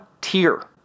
tier